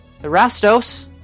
Erastos